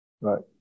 Right